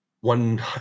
one